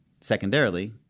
secondarily